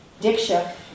Diksha